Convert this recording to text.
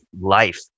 life